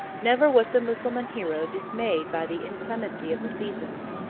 never was the mussulman hero dismayed by the inclemency of the seasons,